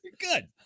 good